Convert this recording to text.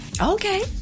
Okay